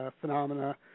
phenomena